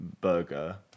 burger